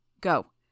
Go